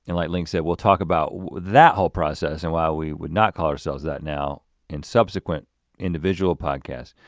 and like link said will talk about that whole process and why we would not call ourselves that now in subsequent individual podcasts.